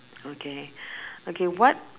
okay okay what